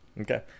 Okay